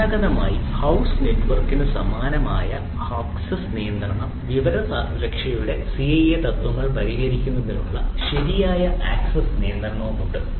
പരമ്പരാഗതമായി ഹൌസ് നെറ്റ്വർക്കിന് സമാനമായ ആക്സസ്സ് നിയന്ത്രണവും വിവര സുരക്ഷയുടെ സിഐഎ തത്ത്വങ്ങൾ പരിഹരിക്കുന്നതിനുള്ള ശരിയായ ആക്സസ്സ് നിയന്ത്രണവും ഉണ്ട്